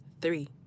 three